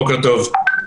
בוקר טוב.